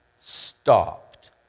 stopped